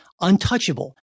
Untouchable